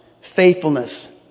faithfulness